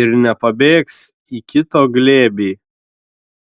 ir nepabėgs į kito glėbį